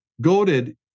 goaded